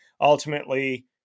ultimately